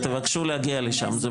תבקשו להגיע לשם.